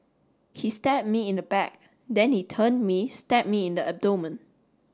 he stabbed me in the back then he turned me stabbed me in the abdomen